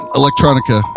electronica